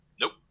Nope